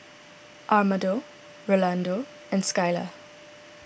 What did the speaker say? Amado Rolando and Skyla